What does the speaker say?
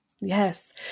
Yes